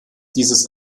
dieses